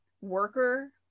worker